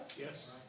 Yes